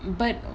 but